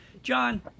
John